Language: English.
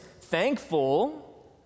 thankful